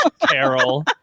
Carol